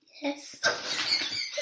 Yes